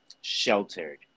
sheltered